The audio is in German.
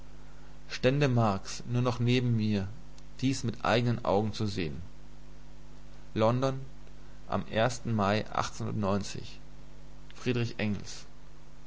stände nur marx noch neben mir dies mit eignen augen zu sehn xxx london am mai f engels